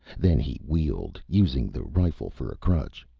then he wheeled. using the rifle for a crutch,